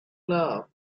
loved